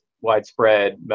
widespread